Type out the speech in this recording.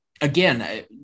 again